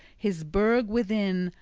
his burg within,